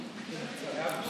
מה קריאה ראשונה?